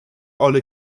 olle